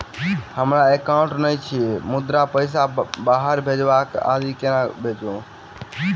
हमरा एकाउन्ट नहि अछि मुदा पैसा बाहर भेजबाक आदि केना भेजू?